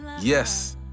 Yes